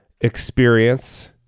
experience